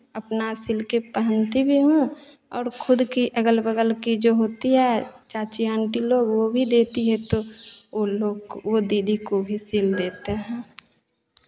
अपना सिल के पहनती भी हूँ और खुद की अगल बगल की जो होती है चाची आंटी लोग वो भी देती है तो वो लोग को वो दीदी को भी सिल देते हैं